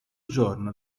giorno